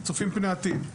צופים פני עתיד,